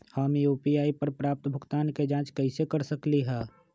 हम यू.पी.आई पर प्राप्त भुगतान के जाँच कैसे कर सकली ह?